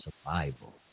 survival